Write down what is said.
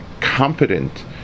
competent